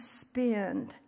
spend